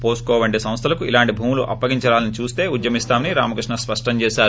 పోన్కో వంటి సంస్థలకు ఇలాంటి భూములు అప్పగించాలని చూస్తే ఉద్యమిస్తామని రామకృష్ణ స్పష్టం చేశారు